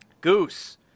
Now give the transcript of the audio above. Goose